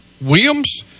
Williams